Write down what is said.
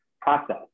process